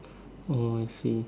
oh I see